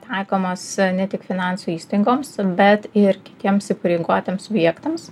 taikomos ne tik finansų įstaigoms bet ir kitiems įpareigotiems subjektams